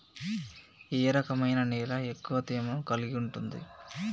ఏ రకమైన నేల ఎక్కువ తేమను కలిగుంటది?